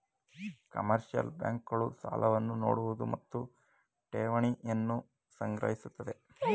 commercial bank ಗಳು ಸಾಲವನ್ನು ನೋಡುವುದು ಮತ್ತು ಠೇವಣಿಯನ್ನು ಸಂಗ್ರಹಿಸುತ್ತದೆ